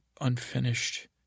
unfinished